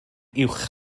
uwch